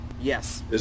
Yes